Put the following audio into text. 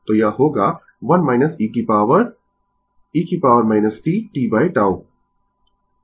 तो यह होगा 1 e की पॉवर e t tτ